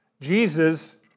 Jesus